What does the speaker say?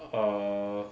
err